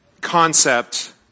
concept